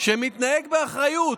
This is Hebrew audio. שמתנהג באחריות,